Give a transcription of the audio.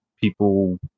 people